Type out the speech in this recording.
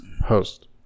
Host